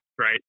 right